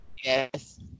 Yes